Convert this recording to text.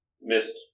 Missed